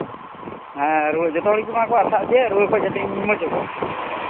ᱦᱮᱸ ᱨᱩᱣᱟᱹ ᱡᱚᱛᱚ ᱦᱚᱲ ᱜᱮᱠᱚ ᱟᱥᱟᱜ ᱡᱮ ᱨᱩᱣᱟᱹ ᱠᱷᱚᱱ ᱡᱟᱛᱮᱧ ᱢᱚᱡᱚᱜᱚᱜ